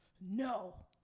No